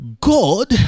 God